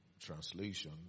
Translation